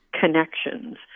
connections